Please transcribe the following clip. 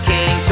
King